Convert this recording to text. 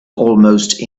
almost